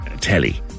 telly